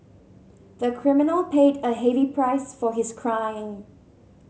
the criminal paid a heavy price for his crime